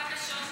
בגלל זה.